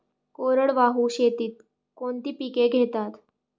कोरडवाहू शेतीत कोणती पिके घेतात?